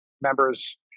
members